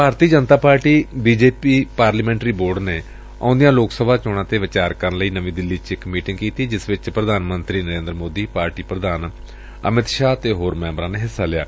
ਭਾਰਤੀ Janata party B J P parliamentary board ਨੇ ਆਉਦੀਆਂ ਲੋਕ ਸਭਾ ਚੋਣਾਂ ਤੇ ਵਿਚਾਰ ਕਰਨ ਲਈ ਨਵੀਂ ਦਿੱਲੀ ਚ ਇਕ ਮੀਟਿੰਗ ਕੀਤੀ ਜਿਸ ਵਿਚ ਪ੍ਰਧਾਨ ਮੰਤਰੀ ਨਰੇਂਦਰ ਮੋਦੀ ਪਾਰਟੀ ਪ੍ਰਧਾਨ ਅਮਿਤ ਸ਼ਾਹ ਤੇ ਹੋਰ ਮੈਂਬਰਾਂ ਨੇ ਹਿੱਸਾ ਲਿਆ